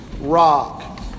rock